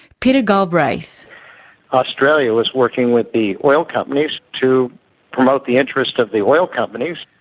peter galbraith australia was working with the oil companies to promote the interests of the oil companies,